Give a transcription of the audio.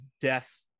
death